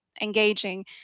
engaging